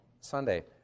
Sunday